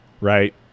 right